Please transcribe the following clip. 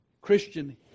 Christian